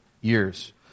years